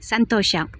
ಸಂತೋಷ